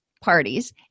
parties